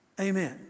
Amen